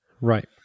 Right